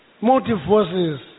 Multi-forces